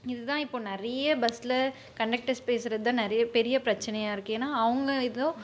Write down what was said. இதுதான் இப்போது நிறைய பஸ்ஸில் கண்டக்டர்ஸ் பேசுறதுதான் நிறைய பெரிய பிரச்சனையா இருக்கு ஏன்னா அவங்க ஏதோ